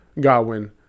Godwin